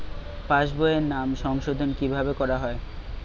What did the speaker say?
পাশ বইয়ে নাম সংশোধন কিভাবে করা হয়?